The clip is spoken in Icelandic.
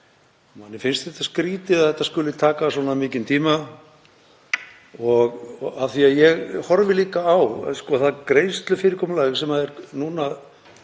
Mér finnst skrýtið að þetta skuli taka svona mikinn tíma og af því að ég horfi líka á það greiðslufyrirkomulag sem er núna